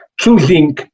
choosing